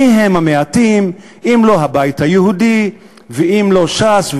מי הם המעטים אם לא הבית היהודי ואם לא ש"ס,